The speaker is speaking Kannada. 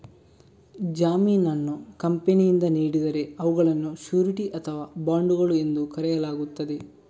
ಜಾಮೀನನ್ನು ಕಂಪನಿಯಿಂದ ನೀಡಿದರೆ ಅವುಗಳನ್ನು ಶ್ಯೂರಿಟಿ ಅಥವಾ ಬಾಂಡುಗಳು ಎಂದು ಕರೆಯಲಾಗುತ್ತದೆ